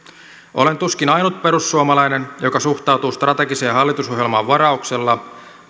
olen tuskin ainut perussuomalainen joka suhtautuu strategiseen hallitusohjelmaan varauksella